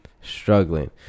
struggling